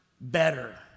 better